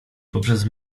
poprzez